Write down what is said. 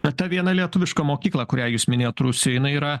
bet ta vieną lietuviška mokykla kurią jūs minėjot rusija jinai yra